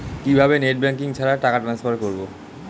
কিভাবে net banking ছাড়া টাকা টান্সফার করব?